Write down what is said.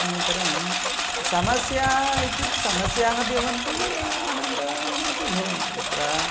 अनन्तरं समस्या इत्युक्ते समस्याः भवन्ति आनन्दामपि भवन्ति तत्र